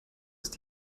ist